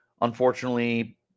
unfortunately